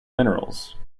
minerals